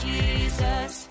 Jesus